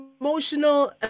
Emotional